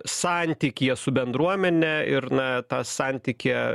santykyje su bendruomene ir na tą santykį